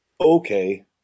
Okay